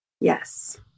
Yes